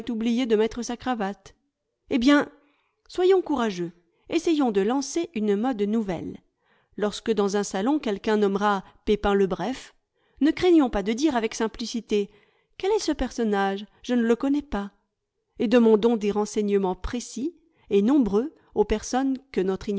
oublié de mettre sa cravate eh bien soyons courageux essayons de lancer une mode nouvelle lorsque dans un salon quelqu'un nommera pépin le bref ne craignons pas de dire avec simplicité quel est ce personnage je ne le connais pas et demandons des renseignements précis et nombreux aux personnes que notre